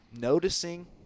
noticing